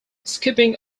skipping